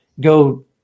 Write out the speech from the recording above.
go